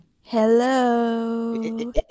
Hello